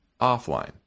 offline